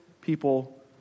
People